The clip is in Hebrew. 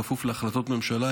בכפוף להחלטות ממשלה,